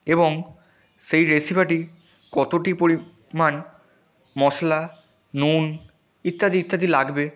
এবং সেই রেসিপিটি কতটা পরিমাণ মশলা নুন ইত্যাদি ইত্যাদি লাগবে